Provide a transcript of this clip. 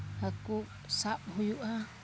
ᱦᱟᱹᱠᱩ ᱥᱟᱵ ᱦᱩᱭᱩᱜᱼᱟ